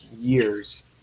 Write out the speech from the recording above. years